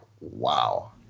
wow